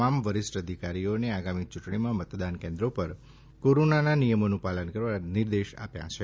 તમામ વરીષ્ઠ અધિકારીઓને આગામી યુંટણીમાં મતદાન કેન્દ્રો પર કોરોનાના નિયમોનું પાલન કરવા નિર્દેશ આપ્યા છે